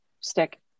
stick